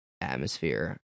atmosphere